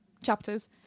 chapters